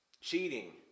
Cheating